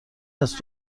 است